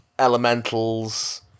Elementals